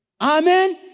Amen